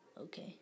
okay